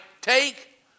take